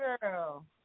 girl